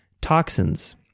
toxins